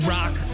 Rock